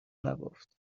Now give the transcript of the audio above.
نگفت